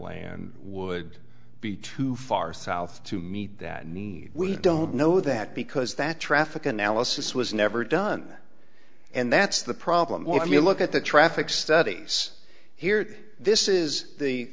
land would be too far south to meet that need we don't know that because that traffic analysis was never done and that's the problem i mean look at the traffic studies here this is